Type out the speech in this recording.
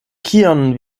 kion